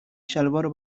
شلوارو